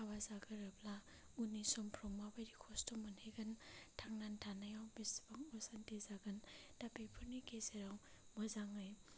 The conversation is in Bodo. हाबा जागोरोब्ला उननि समफ्राव माबायदि खस्थ' मोनहैगोन थांनानै थानायाव बेसेबां असान्थि जागोन दा बेफोरनि गेजेराव मोजाङै